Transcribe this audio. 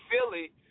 Philly